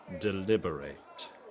deliberate